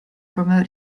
promote